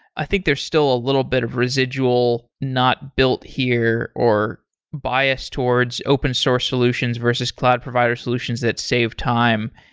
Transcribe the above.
i think there's still a little bit of residual, not built here or biased towards open source solutions versus cloud provider solutions that save time.